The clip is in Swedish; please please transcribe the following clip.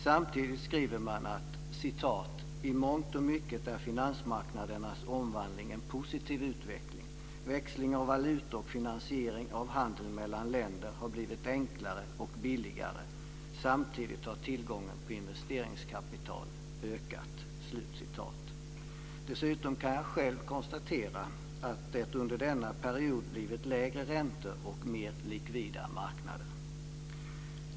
Samtidigt skriver man att "i mångt och mycket är finansmarknadernas omvandling en positiv utveckling. Växling av valutor och finansiering av handeln mellan länder har blivit enklare och billigare. Samtidigt har tillgången på investeringskapital ökat." Dessutom kan jag konstatera att det under denna period har blivit lägre räntor och mer likvida marknader.